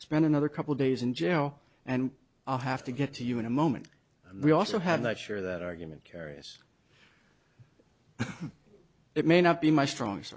spend another couple days in jail and i'll have to get to you in a moment we also have that sure that argument carious it may not be my strong